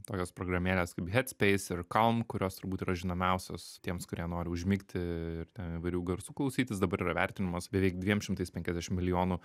tokios programėlės kaip headspace ir calm kurios turbūt yra žinomiausios tiems kurie nori užmigti ir ten įvairių garsų klausytis dabar yra vertinamos beveik dviem šimtais penkiasdešim milijonų